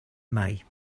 may